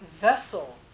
vessel